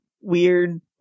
weird